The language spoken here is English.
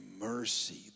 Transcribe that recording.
mercy